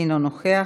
אינו נוכח.